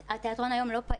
התיאטרון היום לא פעיל.